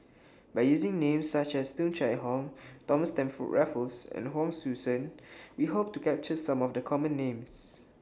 By using Names such as Tung Chye Hong Thomas Stamford Raffles and Hon Sui Sen We Hope to capture Some of The Common Names